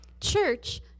church